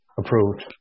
approved